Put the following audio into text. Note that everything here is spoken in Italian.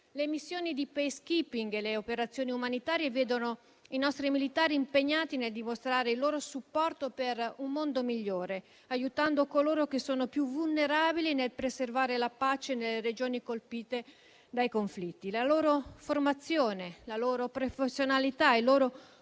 Le missioni di *peacekeeping* e le operazioni umanitarie vedono i nostri militari impegnati nel dimostrare il loro supporto per un mondo migliore, aiutando coloro che sono più vulnerabili nel preservare la pace nelle Regioni colpite dai conflitti. La loro formazione, la loro professionalità e il loro